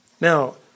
Now